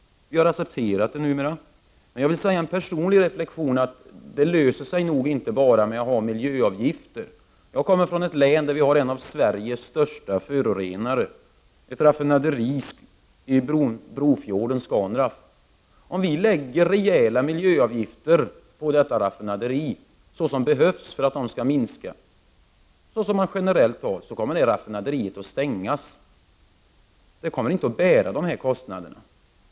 Vi har numera accepterat dem. Men min personliga reflexion är att problemen inte löses enbart med miljöavgifter. Jag kommer från ett län som har en av Sveriges största förorenare, Scanraff, som är ett raffinaderi i Brofjorden. Om rejäla miljöavgifter läggs på detta raffinaderi, vilket behövs för att föroreningarna skall minska, kommer detta raffinaderi att stängas. Raffinaderiet kan inte bära dessa kostnader.